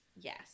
yes